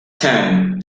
ten